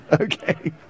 Okay